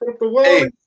Hey